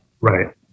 Right